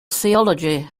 theology